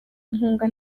inkunga